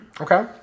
Okay